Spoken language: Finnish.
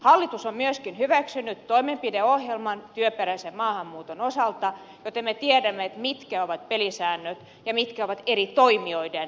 hallitus on myöskin hyväksynyt toimenpideohjelman työperäisen maahanmuuton osalta joten me tiedämme mitkä ovat pelisäännöt ja mitkä ovat eri toimijoiden roolit